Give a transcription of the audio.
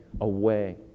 away